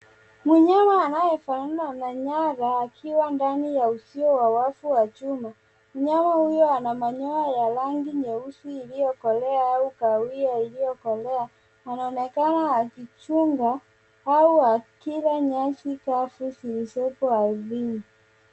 Mnyama anyefanana na nyara akiwa ndani ya uzio wa watu ya chuma. Mnyama huyo ana manyoya ya rangi nyeusi iliyokolea au kahawia iliyokolea. Anaonekana akichunga au akila nyasi kavu zilizopo ardhini.